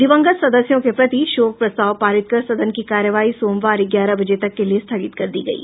दिवंगत सदस्यों के प्रति शोक प्रस्ताव पारित कर सदन की कार्यवाही सोमवार ग्यारह बजे तक के लिए स्थगित कर दी गयी